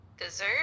dessert